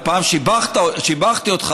הפעם שיבחתי אותך,